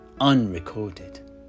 unrecorded